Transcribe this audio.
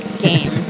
game